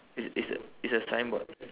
it's it's it's a signboard